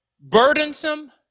burdensome